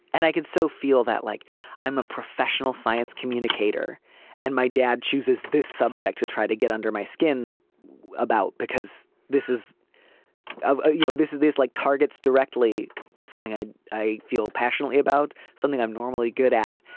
and i could so feel that like i'm a professional science communicator and my dad chooses this subject to try to get under my skin about because this is ah you know this is these like targets directly something i i feel passionately about something i'm normally good at.